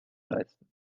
leisten